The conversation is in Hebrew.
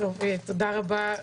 תודה רבה,